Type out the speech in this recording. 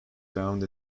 found